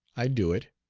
i do it.